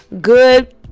good